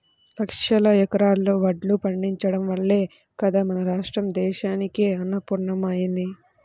లక్షల ఎకరాల్లో వడ్లు పండించడం వల్లే గదా మన రాష్ట్రం దేశానికే అన్నపూర్ణమ్మ అయ్యింది